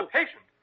patient